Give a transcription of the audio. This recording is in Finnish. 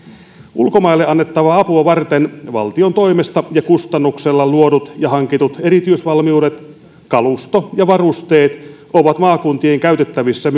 ulkomaille annettavaa apua varten valtion toimesta ja kustannuksella luodut ja hankitut erityisvalmiudet kalusto ja varusteet ovat maakuntien käytettävissä